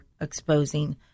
exposing